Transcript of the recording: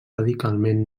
radicalment